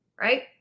right